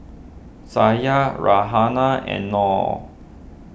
Syah Raihana and Nor